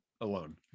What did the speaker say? alone